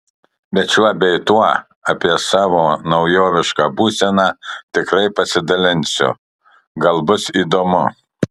bet šiuo bei tuo apie savo naujovišką būseną tikrai pasidalinsiu gal bus įdomu